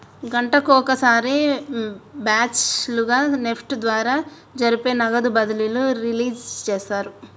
గంటకొక సారి బ్యాచ్ లుగా నెఫ్ట్ ద్వారా జరిపే నగదు బదిలీలు రిలీజ్ చేస్తారు